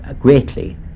greatly